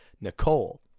Nicole